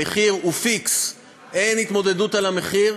המחיר הוא פיקס, אין התמודדות על המחיר.